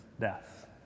death